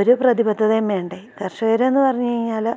ഒരു പ്രതിബദ്ധതയും വേണ്ടേ കർഷകരെന്ന് പറഞ്ഞുകഴിഞ്ഞാല്